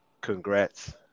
congrats